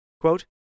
Quote